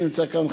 שנמצא כאן,